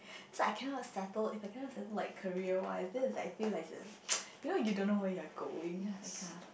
so I cannot settle if I cannot settle like career wise then is like I feel like the you know you don't know where you are going that kind